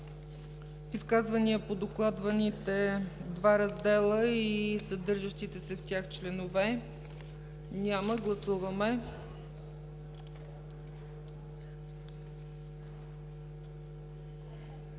Изказвания по докладваните два раздела и съдържащите се в тях членове? Няма. Моля, гласувайте.